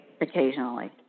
occasionally